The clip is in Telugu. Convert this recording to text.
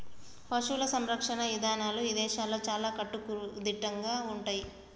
పశువుల సంరక్షణ ఇదానాలు ఇదేశాల్లో చాలా కట్టుదిట్టంగా ఉంటయ్యి